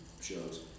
shows